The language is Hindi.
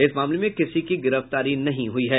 इस मामले में किसी की गिरफ्तारी नहीं हुई है